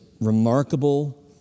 remarkable